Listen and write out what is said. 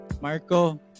Marco